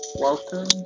Welcome